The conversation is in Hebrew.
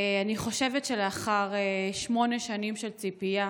אני חושבת שלאחר שמונה שנים של ציפייה